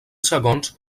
segons